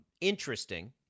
Interesting